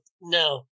No